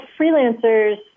freelancers